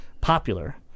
popular